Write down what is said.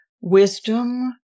wisdom